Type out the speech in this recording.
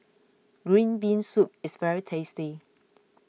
Green Bean Soup is very tasty